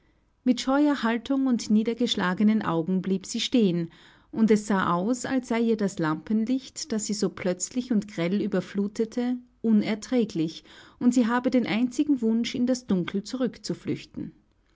mit scheuer haltung und niedergeschlagenen augen blieb sie stehen es sah aus als sei ihr das lampenlicht das sie so plötzlich und grell überflutete unerträglich und sie habe den einzigen wunsch in das dunkel zurückzuflüchten